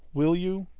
will you?